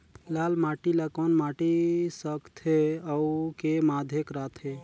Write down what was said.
लाल माटी ला कौन माटी सकथे अउ के माधेक राथे?